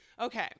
Okay